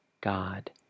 God